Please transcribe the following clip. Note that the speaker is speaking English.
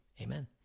amen